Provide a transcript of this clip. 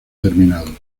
terminado